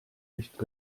nicht